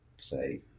say